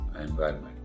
environment